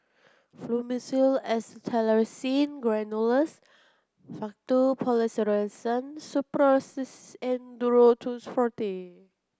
Fluimucil Acetylcysteine Granules Faktu Policresulen Suppositories and Duro Tuss Forte